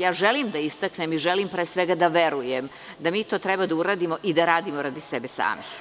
ja želim da istaknem i želim, pre svega, da verujem da mi to treba da uradimo i da to radimo radi sebe samih.